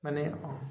ମାନେ